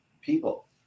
people